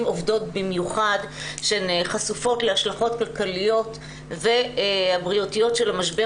עובדות במיוחד שהן חשופות להשלכות הכלכליות והבריאותיות של משבר